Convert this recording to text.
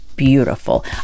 Beautiful